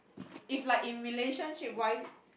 if like in relationship wise